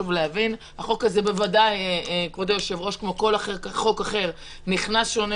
משפחות שבהן יש איסור ומניעה מבן הזוג האחר לפתוח חשבון